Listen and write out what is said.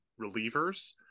relievers